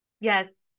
Yes